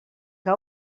que